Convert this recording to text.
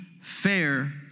fair